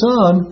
Son